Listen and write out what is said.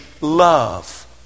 love